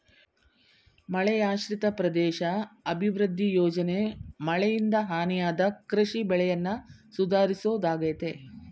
ಮಳೆಯಾಶ್ರಿತ ಪ್ರದೇಶ ಅಭಿವೃದ್ಧಿ ಯೋಜನೆ ಮಳೆಯಿಂದ ಹಾನಿಯಾದ ಕೃಷಿ ಬೆಳೆಯನ್ನ ಸುಧಾರಿಸೋದಾಗಯ್ತೆ